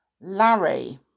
Larry